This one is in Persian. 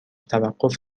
توقف